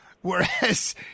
Whereas